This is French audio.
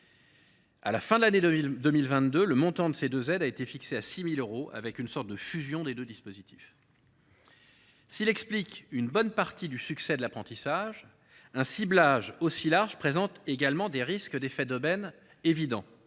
À la fin de l’année 2022, le montant de ces deux aides a été fixé à 6 000 euros, ce qui actait une sorte de fusion des deux dispositifs. S’il explique une bonne partie du succès de l’apprentissage, un ciblage aussi large présente également des risques d’effets d’aubaine évidents